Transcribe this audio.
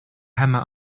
hammer